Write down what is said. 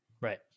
right